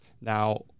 Now